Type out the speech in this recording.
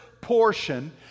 portion